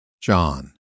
John